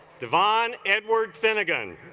devon edward finnegan